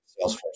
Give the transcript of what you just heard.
Salesforce